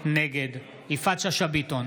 נגד יפעת שאשא ביטון,